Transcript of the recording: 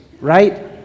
right